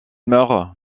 meurt